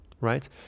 right